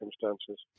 circumstances